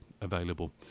available